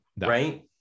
right